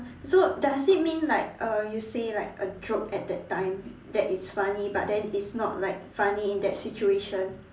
so does it mean like uh you say like a joke at that time that is funny but then it's not like funny in that situation